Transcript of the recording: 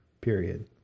period